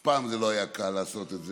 אף פעם לא היה קל לעשות את זה,